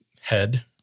head